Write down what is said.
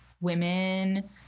women